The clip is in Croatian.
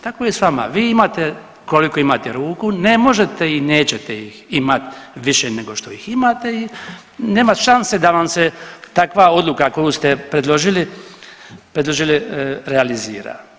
Tako je s vama, vi imate koliko imate ruku, ne možete i nećete ih imat više nego što ih imate i nema šanse da vam se takva odluka koju ste predložili realizira.